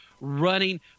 running